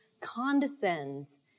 condescends